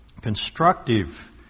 constructive